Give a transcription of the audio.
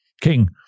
King